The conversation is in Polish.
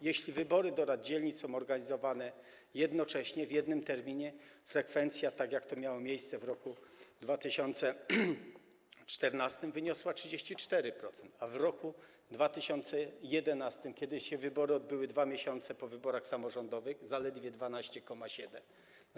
Jeśli wybory do rad dzielnic są organizowane jednocześnie w jednym terminie, frekwencja, tak jak to miało miejsce w roku 2014, wyniosła 34%, a w roku 2011, kiedy wybory odbyły się 2 miesiące po wyborach samorządowych - zaledwie 12,7%.